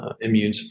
immune